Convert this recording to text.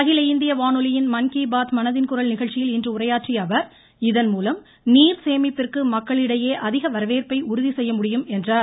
அகில இந்திய வானொலியின் மன் கி பாத் மனதின் குரல் நிகழ்ச்சியில் இன்று உரையாற்றிய அவர் இதன்மூலம் நீர் சேமிப்பிற்கு மக்களிடையே அதிக வரவேற்பை உறுதி செய்ய முடியும் என்றார்